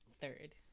Third